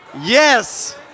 Yes